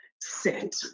set